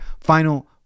final